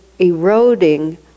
eroding